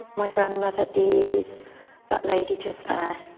my grandmother is that lady just there.